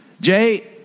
Jay